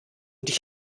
dich